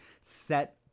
set